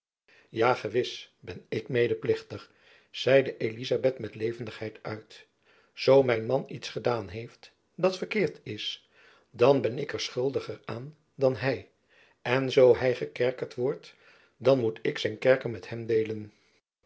ja gewis ben ik medeplichtig riep elizabeth met levendigheid uit zoo mijn man iets gedaan heeft dat verkeerd is dan ben ik er schuldiger aan dan hy en zoo hy gekerkerd wordt dan moet ik zijn kerker met hem deelen